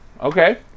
Okay